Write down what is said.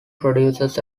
produces